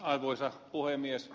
arvoisa puhemies